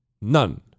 none